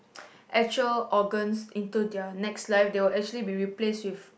actual organs into their next live they will actually be replaced with